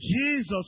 Jesus